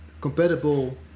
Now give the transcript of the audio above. Compatible